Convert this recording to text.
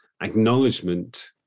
acknowledgement